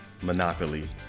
Monopoly